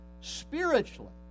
spiritually